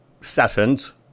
sessions